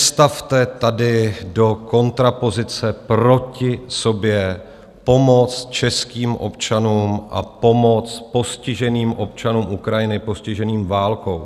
Nestavte tady do kontrapozice proti sobě pomoc českým občanům a pomoc občanům Ukrajiny postiženým válkou.